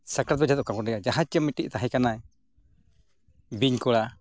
ᱥᱟᱠᱨᱟᱛ ᱫᱚ ᱪᱮᱫ ᱚᱠᱟ ᱵᱚᱱ ᱞᱟᱹᱭᱟ ᱡᱟᱦᱟᱸᱭ ᱪᱮ ᱢᱤᱫᱴᱤᱡ ᱛᱟᱦᱮᱸ ᱠᱟᱱᱟᱭ ᱵᱤᱧ ᱠᱚᱲᱟ